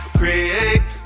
create